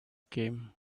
came